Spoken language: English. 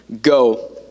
go